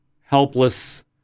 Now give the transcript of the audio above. helpless